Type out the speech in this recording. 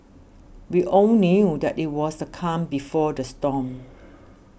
we all knew that it was the calm before the storm